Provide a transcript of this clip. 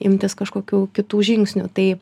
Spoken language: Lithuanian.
imtis kažkokių kitų žingsnių tai